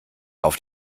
auf